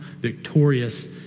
victorious